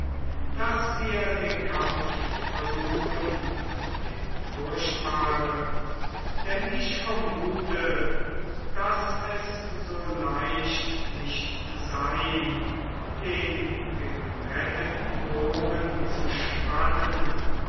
daß wir den kampf versuchen den furchtbaren denn ich vermute daß es so leicht nicht sei den geglätteten bogen zu spannen